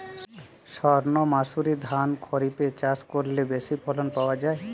সর্ণমাসুরি ধান খরিপে চাষ করলে বেশি ফলন পাওয়া যায়?